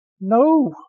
no